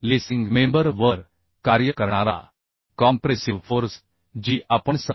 lacing member वर कार्य करणारा कॉम्प्रेसिव फोर्स जी आपण 17